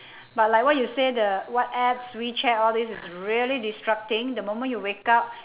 but like what you said the whatsapp wechat all this is really disrupting the moment you wake up